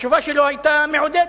התשובה שלו היתה מעודדת,